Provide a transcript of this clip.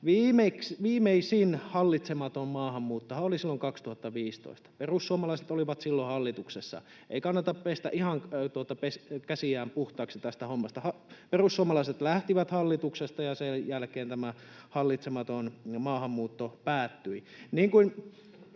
Viimeisin hallitsematon maahanmuuttohan oli silloin 2015. Perussuomalaiset olivat silloin hallituksessa. Ei kannata pestä ihan käsiään puhtaaksi tästä hommasta. Perussuomalaiset lähtivät hallituksesta, ja sen jälkeen tämä hallitsematon maahanmuutto päättyi.